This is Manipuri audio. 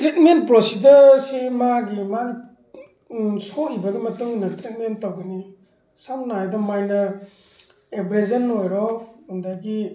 ꯇ꯭ꯔꯤꯠꯃꯦꯟ ꯄ꯭ꯔꯣꯁꯤꯗꯨꯔꯁꯤ ꯃꯥꯒꯤ ꯃꯥꯏ ꯁꯣꯛꯏꯕꯒꯤ ꯃꯇꯨꯡ ꯏꯟꯅ ꯇ꯭ꯔꯤꯠꯃꯦꯟ ꯇꯧꯒꯅꯤ ꯁꯝꯅ ꯍꯥꯏꯕꯗ ꯃꯥꯏꯅꯔ ꯑꯦꯕꯦꯖꯟ ꯑꯣꯏꯔꯣ ꯑꯗꯒꯤ